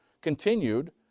continued